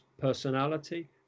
personality